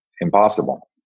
impossible